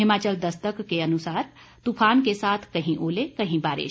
हिमाचल दस्तक के अनुसार तूफान के साथ कहीं ओले कहीं बारिश